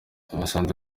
basanze